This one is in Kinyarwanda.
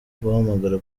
guhamagara